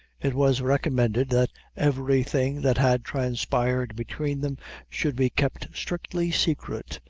it was recommended that every thing that had transpired between them should be kept strictly secret,